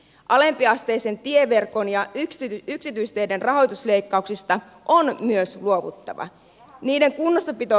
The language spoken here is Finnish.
alempiasteisen tieverkon ja yksityisteiden rahoitusleikkauksista on myös luovuttava